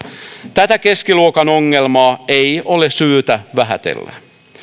tätä keskiluokan ongelmaa ei ole syytä vähätellä